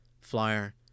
flyer